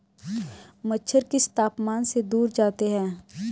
मच्छर किस तापमान से दूर जाते हैं?